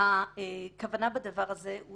הכוונה בדבר הזה היא